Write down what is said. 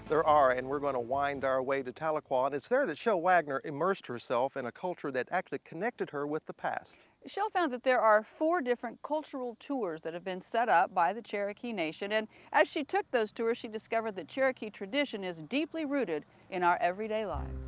there are and we're going to wind our way to tahlequah. and its there that shel wagoner immersed herself in a culture that actually connected her with the past. shel found that there are four different cultural tours that have been set up by the cherokee nation and as she took those tours, she discovered that cherokee tradition is deeply rooted in our everyday lives.